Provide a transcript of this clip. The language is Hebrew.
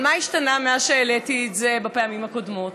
אבל מה השתנה מאז שהעליתי את זה בפעמים הקודמות?